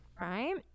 right